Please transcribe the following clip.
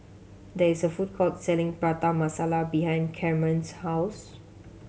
there is a food court selling Prata Masala behind Carmen's house